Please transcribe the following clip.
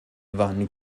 van